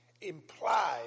implied